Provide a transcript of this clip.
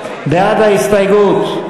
בעד ההסתייגות.